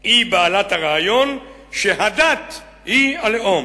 היא בעלת הרעיון שהדת היא הלאום".